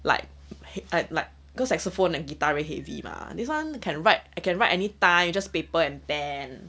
like I like cause like saxophone and guitar a heavy mah this one can write I can write anytime you just paper and pen